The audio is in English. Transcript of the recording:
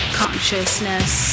consciousness